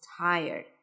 tired